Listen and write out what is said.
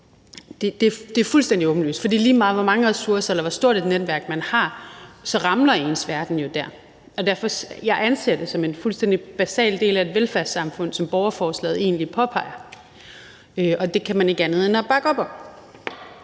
det er fuldstændig åbenlyst, for lige meget, hvor mange ressourcer eller hvor stort et netværk man har, så ramler ens verden jo der; jeg anser det som en fuldstændig basal del af et velfærdssamfund, som borgerforslaget egentlig påpeger, og det kan man ikke andet end at bakke op om,